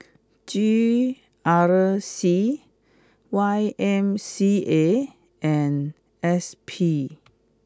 G R C Y M C A and S P